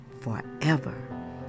forever